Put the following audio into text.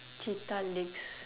cheetah legs